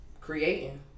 creating